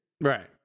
Right